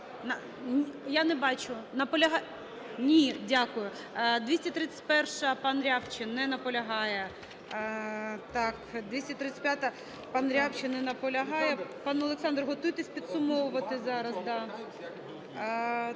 Я не бачу. Ні. Дякую. 231-а, пан Рябчин. Не наполягає. Так, 235-а. пан Рябчин не наполягає. Пане Олександр, готуйтесь підсумовувати зараз,